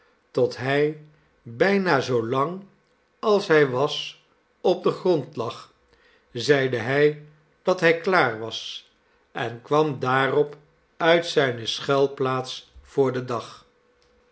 tot hij bijnazoo lang als hij was op den grond lag zeide hij dat hij klaar was en kwam daarop nit zijne schuilplaats voor den dag